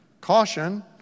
caution